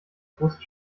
große